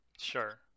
Sure